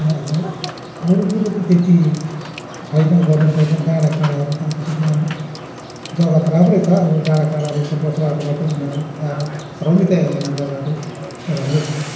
र अब अरु कुरो त त्यति छैन गर्नु सक्दैन डाँडा काँडाहरू त अब त्यहाँ जग्गा त राम्रै छ अब डाँडा काँडाहरू यसो बसोबास गर्ने उनीहरू आएर रमिता हेर्ने जग्गाहरू राम्रै छ